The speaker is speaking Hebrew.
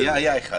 היה אחד.